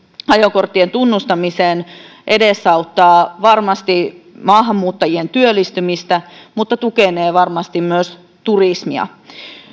ajokorttien tunnustamiseen edesauttaa varmasti maahanmuuttajien työllistymistä mutta tukenee varmasti myös turismia